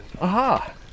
aha